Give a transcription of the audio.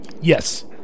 Yes